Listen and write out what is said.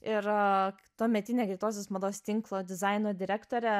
ir tuometinė greitosios mados tinklo dizaino direktorė